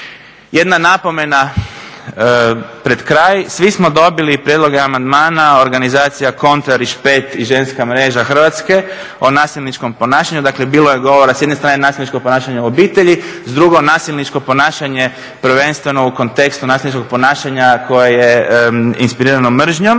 Jedna napomena pred kraj, svi smo dobili prijedloge amandmana Organizacija Kontra, Rišpet i Ženska mreža Hrvatske o nasilničkom ponašanju, dakle bilo je govora s jedne strane nasilničkog ponašanja u obitelji, drugo nasilničko ponašanje prvenstveno u tekstu nasilničkog ponašanja koje je inspirirano mržnjom,